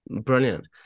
Brilliant